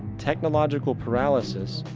technological paralysis,